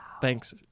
thanks